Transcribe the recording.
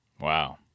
Wow